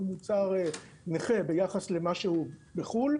הוא מוצר נכה ביחס למה שהוא בחו"ל,